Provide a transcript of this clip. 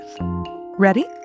Ready